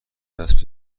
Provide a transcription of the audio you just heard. دست